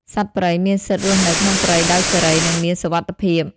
សត្វព្រៃមានសិទ្ធិរស់នៅក្នុងព្រៃដោយសេរី និងមានសុវត្ថិភាព។